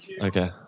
okay